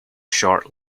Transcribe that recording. short